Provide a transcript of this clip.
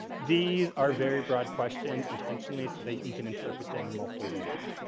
these are very broad questions intentionally, so that you can interpret them in multiple ways.